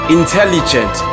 intelligent